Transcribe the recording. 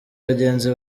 bagenzi